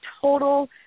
total